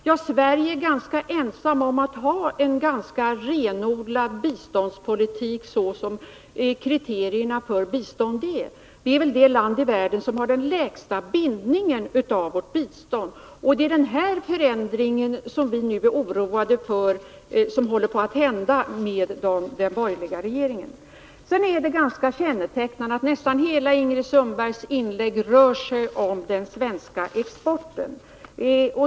Ja, Sverige är ganska ensamt om att föra en tämligen renodlad biståndspolitik så som kriterierna för bistånd är. Sverige är väl det land i världen som har den lägsta bindningen av biståndet. Därför är vi oroade över den förändring som nu håller på att ske under den borgerliga regeringen. Det är ganska betecknande att nästan hela Ingrid Sundbergs inlägg rörde sig om den svenska exporten.